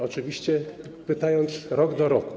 Oczywiście pytam o rok do roku.